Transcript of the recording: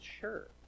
sure